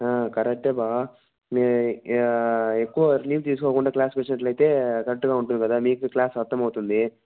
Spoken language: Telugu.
కరెక్టే బా మీ ఎక్కువ లీవ్ తీసుకోకుండా క్లాస్కి వచ్చినట్లయితే కరెక్ట్గా ఉంటుంది కదా మీకు క్లాస్ అర్థమవుతుంది